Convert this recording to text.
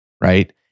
right